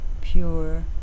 pure